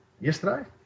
yesterday